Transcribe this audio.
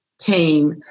team